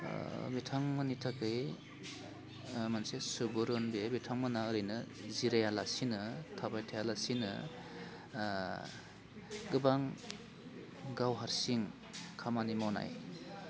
बिथांमोननि थाखै मोनसे सुबुरुन बे बिथांमोनहा ओरैनो जिरायलासिनो थाबायथायालासिनो गोबां गाव हारसिं खामानि मावनाय